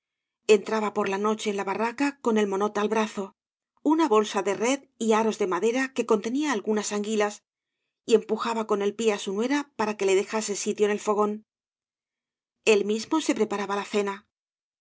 entraba por la noche en la barraca con el mondt al brazo una bolsa de red y aros de madera que contenía algunas anguilas y empujaba con el pie á su nuera para que le dejase sitio en el fogón el mismo se preparaba la cena